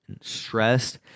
stressed